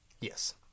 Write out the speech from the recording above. Yes